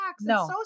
No